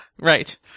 Right